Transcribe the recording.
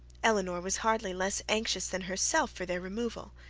elinor was hardly less anxious than herself for their removal,